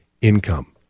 income